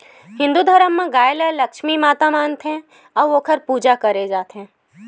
हिंदू धरम म गाय ल लक्छमी माता मानथे अउ ओखर पूजा करे जाथे